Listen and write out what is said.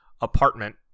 apartment